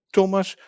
Thomas